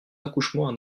accouchements